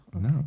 No